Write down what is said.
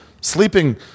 sleeping